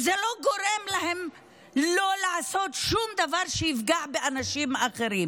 וזה לא גורם להם לעשות שום דבר שיפגע באנשים אחרים,